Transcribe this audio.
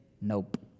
nope